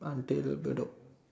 until Bedok